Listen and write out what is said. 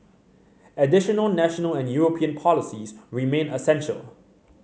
additional national and European policies remain essential